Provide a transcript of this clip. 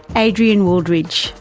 adrian wooldridge,